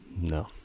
No